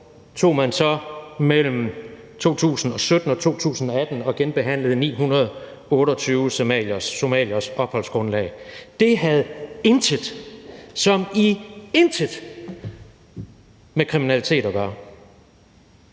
tog man mellem 2017 og 2018 og genbehandlede 928 somalieres opholdsgrundlag. Det havde intet – som i intet! – med kriminalitet at gøre,